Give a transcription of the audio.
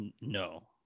No